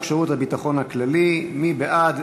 שירות הביטחון הכללי (תיקון מס' 2). מי בעד?